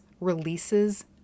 releases